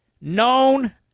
known